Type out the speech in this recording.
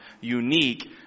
unique